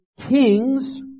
kings